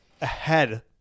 ahead